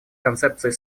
концепцией